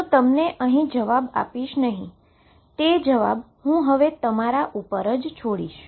તેથી તમને આ જવાબ આપીશ નહી અને તે પ્રશ્ન નો જવાબ હુ તમરા પર છોડીશ